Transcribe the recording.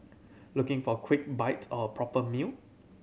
looking for a quick bite or a proper meal